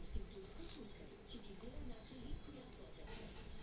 कसमीरी बकरी के कैपरा हिरकस लैनिगर कहल जाला